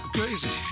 Crazy